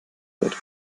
wird